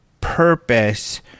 purpose